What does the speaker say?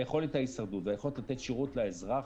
יכולת ההישרדות ועל היכולת לתת שירות לאזרח